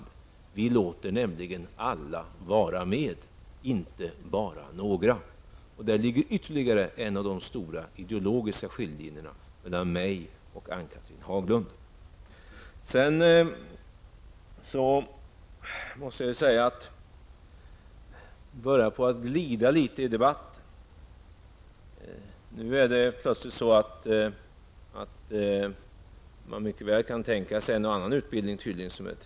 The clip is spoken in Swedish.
Vi i Sverige låter nämligen alla vara med, inte bara några. Däri ligger ytterligare en av de stora ideologiska skillnaderna mellan mig och Ann-Cathrine Haglund. Sedan måste jag säga att jag nu noterar en liten glidning i debatten. Plötsligt kan man tydligen mycket väl tänka sig en eller annan treårig utbildning.